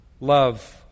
love